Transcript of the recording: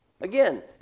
Again